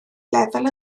lefel